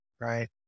Right